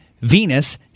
Venus